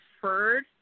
preferred